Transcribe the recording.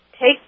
Take